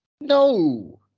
No